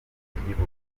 ry’igihugu